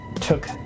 took